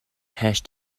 hash